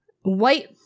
white